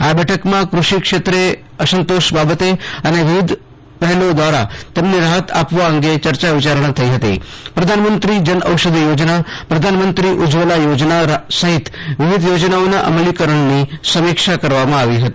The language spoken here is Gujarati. આ બેઠકમાં ક્રષિ ક્ષેત્રે અસંતોષ બાબતે અને વિવિધ પહેલો દ્વારા તેમને રાહત આપવા અંગે ચર્ચા વિચારણા થઇ હતીપ્રધાનમંત્રી જનઔષધી યોજના પ્રધાનમંત્રી ઉજજવલા યોજના સહિત વિવિધ યોજનાઓના અમલીકરણની સમીક્ષા કરવામાં આવી હતી